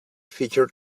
feature